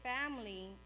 family